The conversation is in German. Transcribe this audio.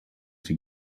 sie